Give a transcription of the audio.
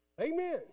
Amen